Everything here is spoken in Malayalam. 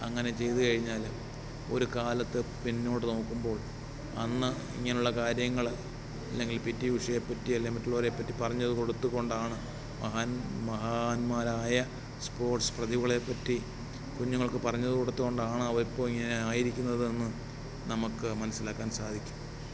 അങ്ങനെ ചെയ്തു കഴിഞ്ഞാലും ഒരു കാലത്ത് പിന്നോട്ടു നോക്കുമ്പോൾ അന്ന് ഇങ്ങനെയുള്ള കാര്യങ്ങൾ അല്ലെങ്കിൽ പി ടി ഉഷയെ പറ്റി അല്ലെ മറ്റുള്ളവരെ പറ്റി പറഞ്ഞത് കൊടുത്തു കൊണ്ടാണ് മഹാൻ മഹാന്മാരായ സ്പോർട്സ് പ്രതിഭകളെ പറ്റി കുഞ്ഞുങ്ങൾക്കു പറഞ്ഞത് കൊടുത്തതു കൊണ്ടാണ് അവരിപ്പോൾ ഇങ്ങനെ ആയിരിക്കുന്നത് എന്ന് നമുക്ക് മനസ്സിലാക്കാൻ സാധിക്കും